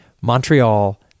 Montreal